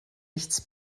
nichts